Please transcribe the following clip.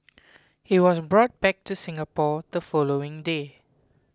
he was brought back to Singapore the following day